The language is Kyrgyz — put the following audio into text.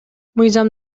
мыйзам